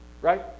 Right